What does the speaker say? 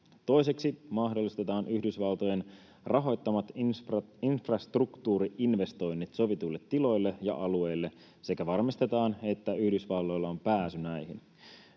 Toiseksi, mahdollistetaan Yhdysvaltojen rahoittamat infrastruktuuri-investoinnit sovituille tiloille ja alueille sekä varmistetaan, että Yhdysvalloilla on pääsy näihin.